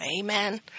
Amen